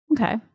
Okay